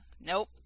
Nope